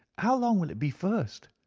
how long will it be first?